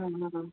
હા